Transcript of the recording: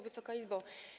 Wysoka Izbo!